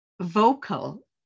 vocal